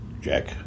Jack